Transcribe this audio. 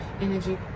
energy